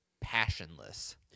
passionless